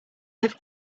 have